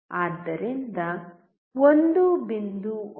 ಆದ್ದರಿಂದ 1